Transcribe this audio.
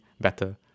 better